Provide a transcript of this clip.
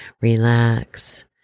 relax